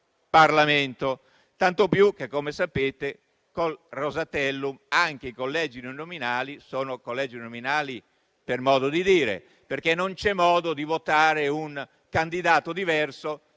tanto più che - come sapete - col Rosatellum anche i collegi uninominali sono uninominali per modo di dire, perché non c'è modo di votare un candidato diverso